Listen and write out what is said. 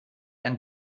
ein